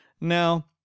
now